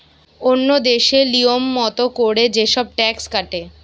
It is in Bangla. ওন্য দেশে লিয়ম মত কোরে যে সব ট্যাক্স কাটে